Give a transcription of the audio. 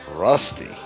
Rusty